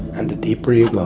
and the deeper you go,